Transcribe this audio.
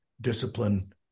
discipline